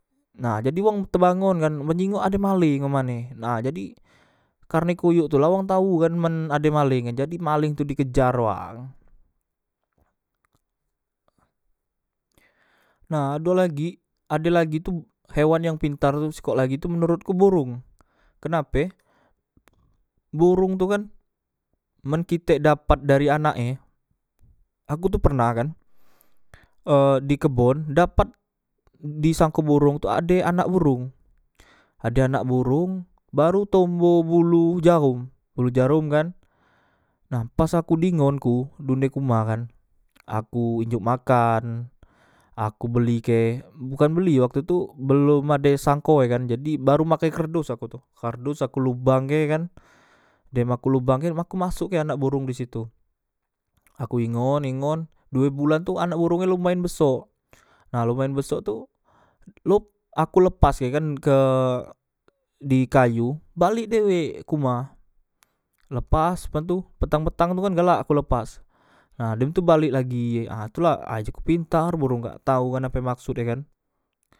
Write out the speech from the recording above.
Nah jadi wong tebangon kan men jingok ade maleng amane nah jadi karne koyok tula wong tau kan men ade maleng jadi maleng tu di kejar wang nah ado lagi ade lagi tu hewan yang pintar tu sikok lagi tu menorotku borong kenape borong tu kan men kitek dapat dari anak e aku tu pernah kan ee di kebon dapat di sangko borong tu ade anak borong ade anak borong baru tombo bulu jahom bulu jarom kan nah pas aku dingonku di unde ke uma kan aku njok makan aku belike bukan beli waktu tu belom ade sangko e kan jadi baru make kerdos aku tu kardos aku lubangke kan dem aku lubangke aku masokke anak borong disitu aku ingon ingon due bulan tu anak borong lumyan beso nah lumayan besok tu lop aku lepaske kan ke di kayu balek dewek ke uma lepas pa tu petang petang tu kan galak ku lepas nah dem tu balek lagi ah tula ay ji ku pintar borong kak tau kan ape maksod tu kan